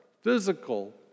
physical